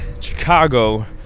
Chicago